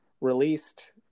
released